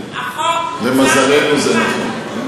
למזלנו, זה נכון.